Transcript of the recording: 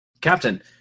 Captain